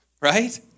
Right